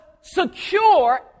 secure